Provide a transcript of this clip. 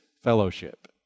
fellowship